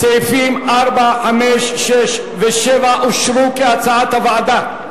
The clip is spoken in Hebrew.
סעיפים 4, 5, 6 ו-7 אושרו כהצעת הוועדה.